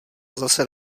zase